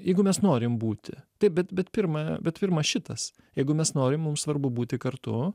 jeigu mes norim būti taip bet bet pirma bet pirma šitas jeigu mes norim mum svarbu būti kartu